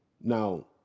Now